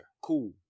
Cool